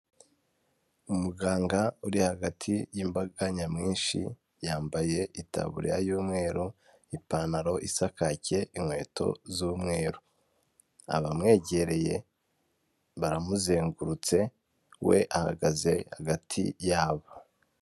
Umuganga uri hagati y'imbaga nyamwinshi, yambaye itaburiya y'umweru, ipantaro isa kake, inkweto z'umweru, abamwegereye baramuzengurutse, we ahagaze hagati yabo.